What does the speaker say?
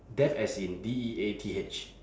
death as in D E A T H